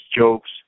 jokes